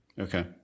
Okay